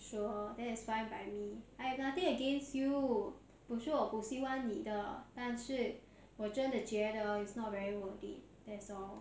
sure that's fine by me I have nothing against you 不是我不喜欢你的但是我真的觉得 it's not very worth it